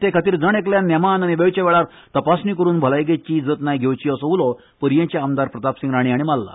तेखातीर दरेकल्यान नेमान आनी वेळच्या वेळार तपासणी करून भलायकेची जतनाय घेवची असो उलो पर्येचे आमदार प्रतापसिंह राणे हांणी मारला